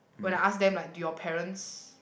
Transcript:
when I ask them like do your parents